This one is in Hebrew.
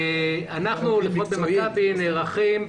אנחנו במכבי נערכים.